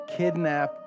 kidnap